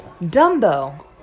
Dumbo